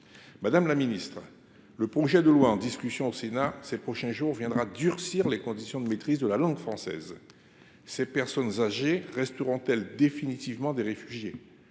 Madame la ministre, le projet de loi qui sera discuté par le Sénat au cours des prochains jours doit durcir la condition de maîtrise de la langue française. Ces personnes âgées resteront elles définitivement des réfugiés ?